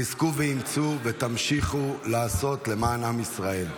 חזקו ואמצו ותמשיכו לעשות למען עם ישראל.